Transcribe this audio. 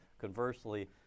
conversely